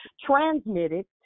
transmitted